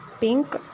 pink